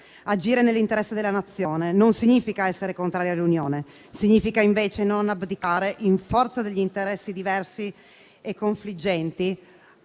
Agire nell'interesse della Nazione non significa essere contrari all'Unione, significa invece non abdicare, in forza degli interessi diversi e confliggenti,